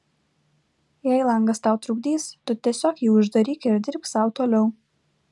jei langas tau trukdys tu tiesiog jį uždaryk ir dirbk sau toliau